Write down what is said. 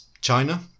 China